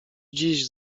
dziś